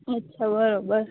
અચ્છા બરાબર